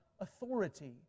authority